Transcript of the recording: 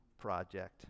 project